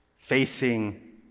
Facing